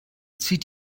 zieht